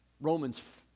Romans